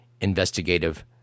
investigative